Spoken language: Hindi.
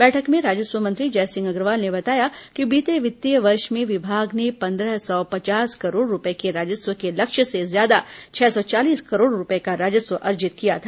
बैठक में राजस्व मंत्री जयसिंह अग्रवाल ने बताया कि बीते वित्तीय बर्ष में विभाग ने पन्द्रह सौ पचास करोड़ रूपए के राजस्व के लक्ष्य से ज्यादा छह सौ चालीस करोड़ रूपए का राजस्व अर्जित किया था